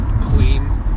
queen